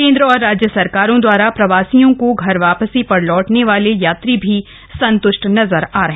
केन्द्र और राज्य सरकारों द्वारा प्रवासियों को घर वापसी पर लौटने वाले यात्री भी संतुष्ट नजर आए